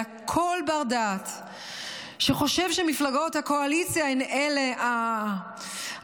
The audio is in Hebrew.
אלא כל בר דעת שחושב שמפלגות הקואליציה הן אלה האחראיות,